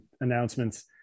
announcements